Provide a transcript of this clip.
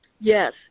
yes